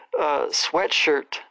sweatshirt